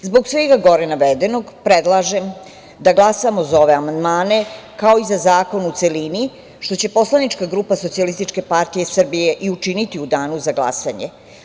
Zbog svega gore navedenog predlažem da glasamo za ove amandmane, kao i za zakon u celini, što će poslanička grupa SPS i učiniti u danu za glasanje.